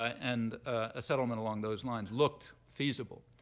and a settlement along those lines looked feasible.